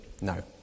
No